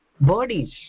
bodies